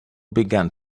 began